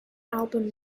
album